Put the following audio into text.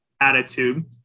attitude